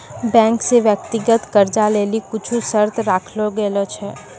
bank से व्यक्तिगत कर्जा लेली कुछु शर्त राखलो गेलो छै